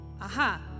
Aha